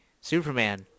Superman